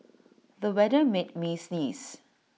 the weather made me sneeze